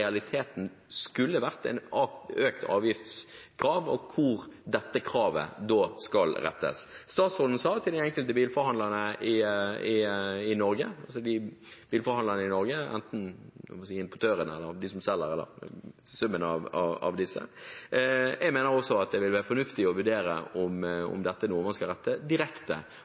realiteten skulle vært et økt avgiftskrav, og hvor dette kravet da skal rettes. Statsråden sa at det er de enkelte bilforhandlerne i Norge – importørene eller de som selger, eller summen av disse. Jeg mener også at det ville være fornuftig å vurdere om dette er noe man skal rette direkte